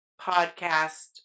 podcast